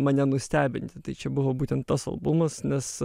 mane nustebinti tai čia buvo būtent tas albumas nes